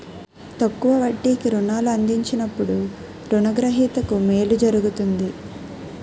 తక్కువ వడ్డీకి రుణాలు అందించినప్పుడు రుణ గ్రహీతకు మేలు జరుగుతుంది